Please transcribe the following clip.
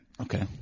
Okay